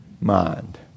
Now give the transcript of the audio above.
mind